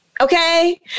Okay